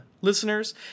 listeners